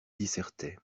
dissertait